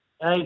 Hey